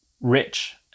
rich